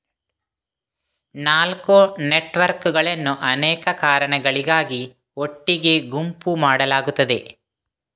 ನಾಲ್ಕು ನೆಟ್ವರ್ಕುಗಳನ್ನು ಅನೇಕ ಕಾರಣಗಳಿಗಾಗಿ ಒಟ್ಟಿಗೆ ಗುಂಪು ಮಾಡಲಾಗುತ್ತದೆ